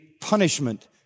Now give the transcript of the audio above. punishment